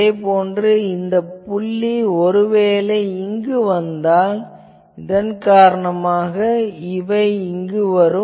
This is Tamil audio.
அதை போன்று இந்த புள்ளி ஒருவேளை இங்கு வந்தால் அதன் காரணமாக இந்த புள்ளி இங்கு வரும்